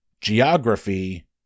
geography